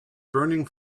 burning